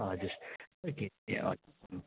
हजुर ए